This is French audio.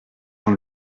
jean